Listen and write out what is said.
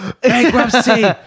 bankruptcy